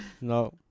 No